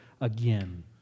again